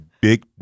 big